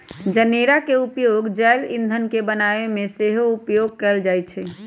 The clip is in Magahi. जनेरा के उपयोग जैव ईंधन के बनाबे में सेहो उपयोग कएल जाइ छइ